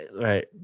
Right